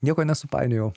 nieko nesupainiojau